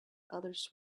others